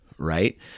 right